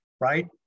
right